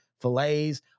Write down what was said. fillets